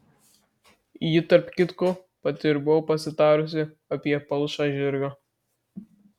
ji tarp kitko pati ir buvo prasitarusi apie palšą žirgą